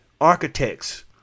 architects